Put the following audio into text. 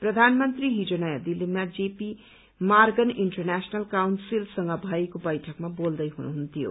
प्रथानमन्त्री हिज नयाँ दिल्लीमा जेपी मारगण इन्टरनेशनल काउन्सिलसँग भएको बैठकमा बोल्दै हुनुहुन्थ्यो